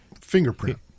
fingerprint